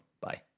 Bye